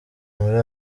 muri